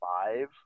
five